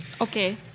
Okay